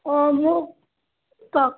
অঁ মোক কওক